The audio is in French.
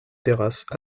terrasse